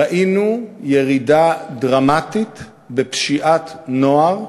ראינו ירידה דרמטית בפשיעת נוער,